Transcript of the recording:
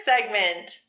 segment